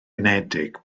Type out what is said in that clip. unedig